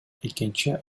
экинчи